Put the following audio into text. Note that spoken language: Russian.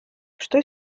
что